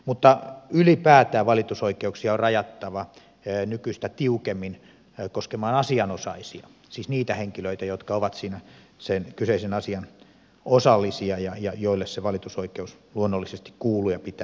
mutta ylipäätään valitusoikeuksia on rajattava nykyistä tiukemmin koskemaan asianosaisia siis niitä henkilöitä jotka ovat sen kyseisen asian osallisia ja joille se valitusoikeus luonnollisesti kuuluu ja joilla sen pitää olla